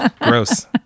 Gross